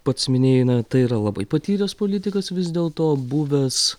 pats minėjai na tai yra labai patyręs politikas vis dėlto buvęs